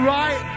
right